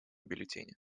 бюллетени